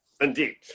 Indeed